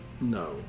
No